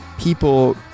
people